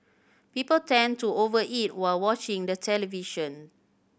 people tend to over eat while watching the television